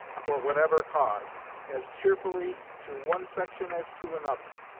for whatever cause as cheerfully to one section as to another.